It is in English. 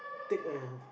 take a